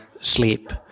sleep